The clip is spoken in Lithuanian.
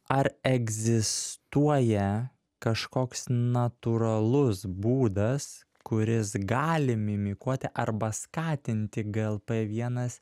ar egzistuoja kažkoks natūralus būdas kuris gali mimikuoti arba skatinti glp vienas